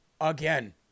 again